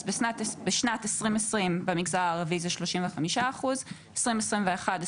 אז בשנת 2020, במגזר הערבי זה 35%, ב-2021 זה